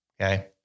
Okay